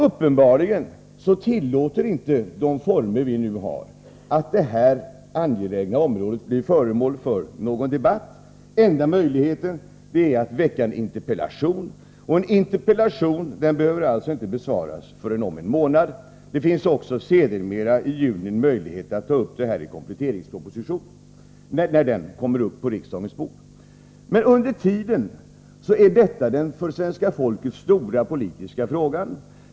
Uppenbarligen tillåter inte de arbetsformer som vi nu har någon debatt på detta angelägna område. Enda möjligheten är att framställa en interpellation. En sådan behöver emellertid inte besvaras förrän om en månad. Det finns också sedermera en möjlighet att diskutera paketet när kompletteringspropositionen i juni kommer på riksdagens bord. Under tiden är paketet den för svenska folket stora politiska frågan.